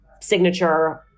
signature